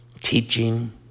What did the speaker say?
teaching